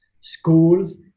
schools